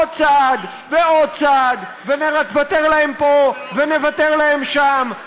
עוד צעד ועוד צעד, ונוותר להם פה ונוותר להם שם.